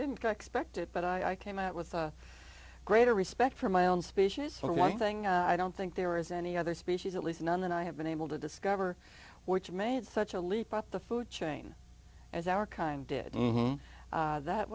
didn't expect it but i came out with a greater respect for my own species for one thing i don't think there is any other species at least none that i have been able to discover which made such a leap up the food chain as our kind did that was that